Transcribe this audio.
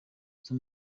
nizo